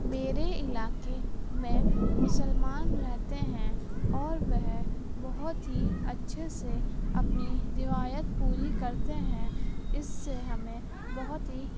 میرے علاقے میں مسلمان رہتے ہیں اور وہ بہت ہی اچھے سے اپنی روایت پوری کرتے ہیں اس سے ہمیں بہت ہی